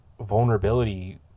vulnerability